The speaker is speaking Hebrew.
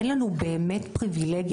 אין לנו באמת פריבילגיה,